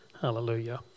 Hallelujah